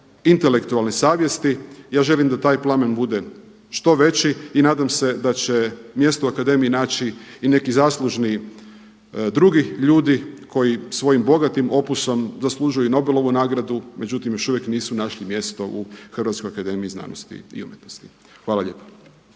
intelektualne savjesti. Ja želim da taj plamen bude što veći i nadam se da će mjesto u akademiji naći i neki zaslužni drugi ljudi koji svojim bogatim opusom zaslužuju i Nobelovu nagradu. Međutim, još uvijek nisu našli mjesto u Hrvatskoj akademiji znanosti i umjetnosti. Hvala lijepa.